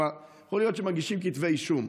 כלומר, יכול להיות שמגישים כתבי אישום,